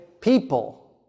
people